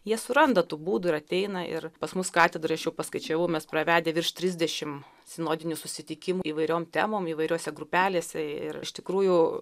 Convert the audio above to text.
jie suranda tų būdų ir ateina ir pas mus katedroj aš jau paskaičiavau mes pravedę virš trisdešim sinodinių susitikimų įvairiom temom įvairiose grupelėse ir iš tikrųjų